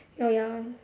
oh ya